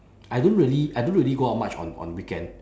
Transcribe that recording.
I don't really I don't really go out much on on weekend